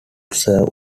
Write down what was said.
serve